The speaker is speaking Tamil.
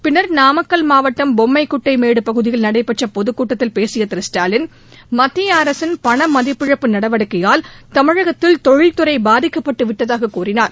பின்னர் நாமக்கல் மாவட்டம் பொம்மைகுட்டை மேடு பகுதியில் நடைபெற்ற பொதுக் கூட்டத்தில் பேசிய திரு ஸ்டாலின் மத்திய அரசின் பணமதிப்பிழப்பு நடவடிக்கையால் தமிழகத்தில் தொழில்துறை பாதிக்கப்பட்டு விட்டதாகக் கூறினார்